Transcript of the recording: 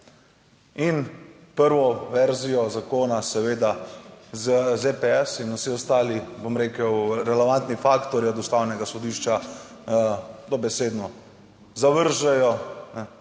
in prvo verzijo zakona, seveda z ZPS in vsi ostali, bom rekel relevantni faktorji, od Ustavnega sodišča, dobesedno zavržejo,